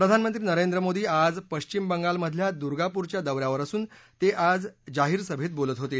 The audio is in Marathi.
प्रधानमंत्री नरेंद्र मोदी आज पश्चिम बंगालमधल्या दुर्गापूरच्य दौ यावर असूनते जाहीर सभेत बोलत होते